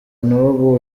n’ubu